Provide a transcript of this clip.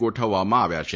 ગોઠવવામાં આવ્યા છે